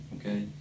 okay